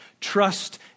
Trust